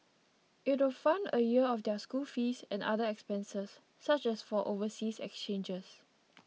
it will fund a year of their school fees and other expenses such as for overseas exchanges